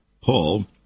Paul